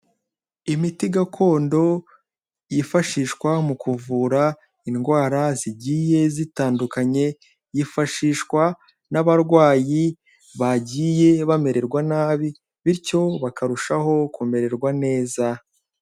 Imiti gakondo yifashishwa mu kuvura indwara zigiye zitandukanye, yifashishwa n'abarwayi bagiye bamererwa nabi, bityo bakarushaho kumererwa neza.